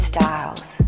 Styles